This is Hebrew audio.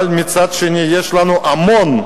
אבל מצד שני יש לנו המון,